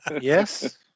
Yes